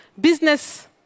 business